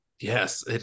Yes